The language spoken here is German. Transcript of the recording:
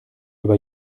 über